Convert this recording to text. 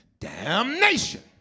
Damnation